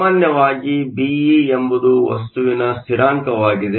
ಸಾಮಾನ್ಯವಾಗಿ Be ಎಂಬುದು ವಸ್ತುವಿನ ಸ್ಥಿರಾಂಕವಾಗಿದೆ